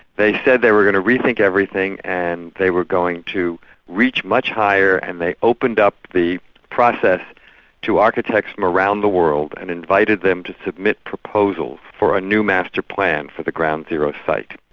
they said they were going to re-think everything and they were going to reach much higher and they opened up the process to architects from around the world, and invited them to submit proposals for a new master plan for the ground zero site.